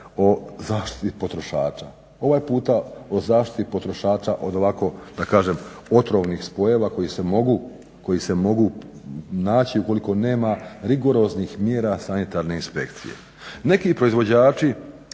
o zaštiti potrošača, ovaj puta o zaštiti potrošača od ovako otrovnih spojeva koji se mogu naći ukoliko nema rigoroznih mjera sanitarne inspekcije. Neki proizvođači